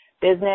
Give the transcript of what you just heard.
business